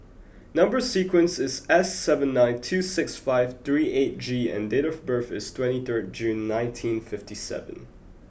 number sequence is S seven nine two six five three eight G and date of birth is twenty third June nineteen fifty seven